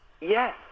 Yes